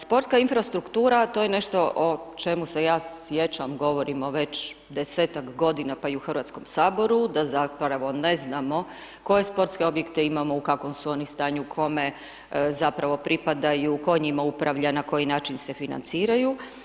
Sporta infrastruktura, to je nešto o čemu se ja sjećam, govorimo već 10-tak godina pa i u Hrvatskom saboru, da zapravo ne znamo koje sportske objekte imamo, u kakvom su oni stanju, kome, zapravo pripadaju, tko njima upravlja, na koji način se financiraju.